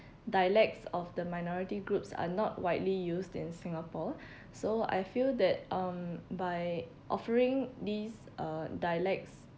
dialects of the minority groups are not widely used in singapore so I feel that um by offering these uh dialects